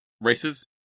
races